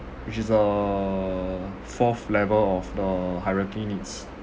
which is uh fourth level of the hierarchy needs